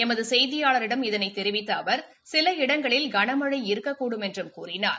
எமது செயதியாளிடம் இதனைத் தெரிவித்த அவர் சில இடங்களில் கனமழை இருக்கக்கூடும் என்றும் கூறினார்